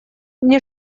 мне